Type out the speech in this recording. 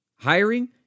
Hiring